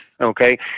okay